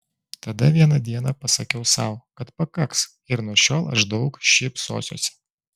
tada vieną dieną pasakiau sau kad pakaks ir nuo šiol aš daug šypsosiuosi